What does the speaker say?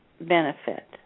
benefit